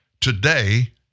today